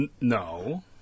No